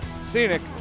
Scenic